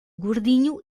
gordinho